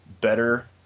better